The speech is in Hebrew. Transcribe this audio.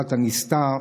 בתורת הנסתר,